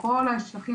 כל השטחים